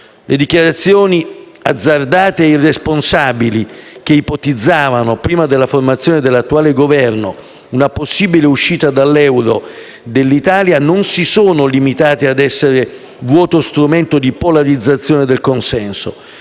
Le dichiarazioni azzardate e irresponsabili che ipotizzavano, prima della formazione dell'attuale Governo, una possibile uscita dall'euro dell'Italia non si sono limitate a essere vuoto strumento di polarizzazione del consenso,